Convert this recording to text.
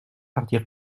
partir